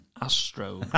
astro